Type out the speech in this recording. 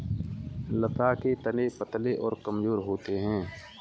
लता के तने पतले और कमजोर होते हैं